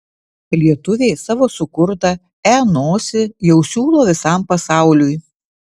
lietuviai savo sukurtą e nosį jau siūlo visam pasauliui